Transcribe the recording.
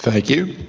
thank you.